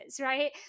right